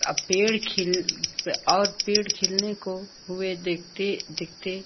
अब पेड़ खिल और पेड़ खिलने को हुए देखते देखते